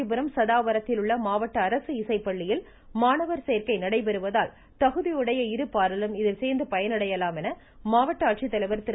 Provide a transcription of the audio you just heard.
காஞ்சிபுரம் சதாவரத்தில் உள்ள மாவட்ட அரசு இசைப்பள்ளியில் மாணவர் சேர்க்கை நடைபெறுவதால் தகுதியுடைய இருபாலரும் இதில் சேர்ந்து பயனடையலாம் என ஆட்சித்தலைவர் திரு